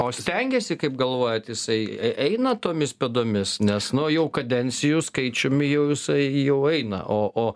o stengiasi kaip galvojat jisai eina tomis pėdomis nes nuo jau kadencijų skaičiumi jau jisai jau eina o o